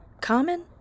common